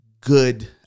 good